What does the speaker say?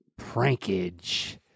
prankage